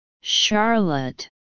Charlotte